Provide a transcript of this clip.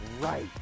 right